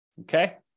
Okay